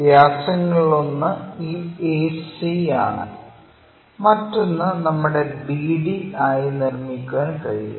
വ്യാസങ്ങളിലൊന്ന് ഈ AC യാണ് മറ്റൊന്ന് നമുക്ക് BD ആയി നിർമ്മിക്കാൻ കഴിയും